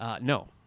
No